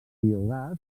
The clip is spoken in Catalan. biogàs